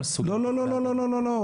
לא, לא, לא.